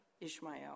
Ishmael